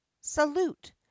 salute